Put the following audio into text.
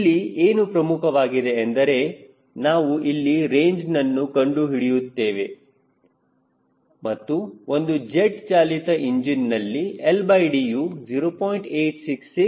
ಇಲ್ಲಿ ಏನು ಪ್ರಮುಖವಾಗಿದೆ ಏಕೆಂದರೆ ನಾವು ಇಲ್ಲಿ ರೇಂಜ್ನನ್ನು ಕಂಡು ಹಿಡಿಯುತ್ತಿದ್ದೇವೆ ಮತ್ತು ಒಂದು ಜೆಟ್ ಚಾಲಿತ ಇಂಜಿನ್ನಲ್ಲಿ LD ಯು 0